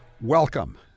Welcome